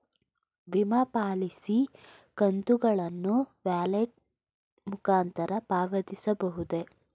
ವಿಮಾ ಪಾಲಿಸಿ ಕಂತುಗಳನ್ನು ವ್ಯಾಲೆಟ್ ಮುಖಾಂತರ ಪಾವತಿಸಬಹುದೇ?